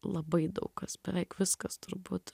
labai daug kas beveik viskas turbūt